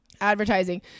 advertising